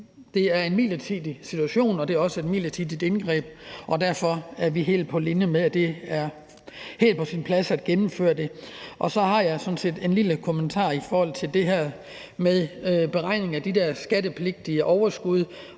det er en midlertidig situation, og det er også et midlertidigt indgreb, og derfor er vi helt på linje med, at det er helt på sin plads at gennemføre det. Så har jeg sådan set en lille kommentar til det her med beregning af de der skattepligtige overskud,